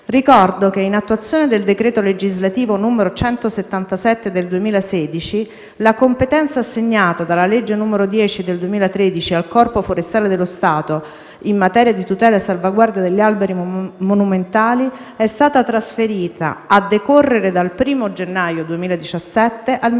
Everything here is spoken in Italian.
Ricordo che, in attuazione del decreto legislativo n. 177 del 2016, la competenza assegnata dalla legge n. 10 del 2013 al Corpo forestale dello Stato in materia di tutela e salvaguardia degli alberi monumentali è stata trasferita, a decorrere dal 1° gennaio 2017, al